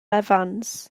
evans